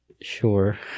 Sure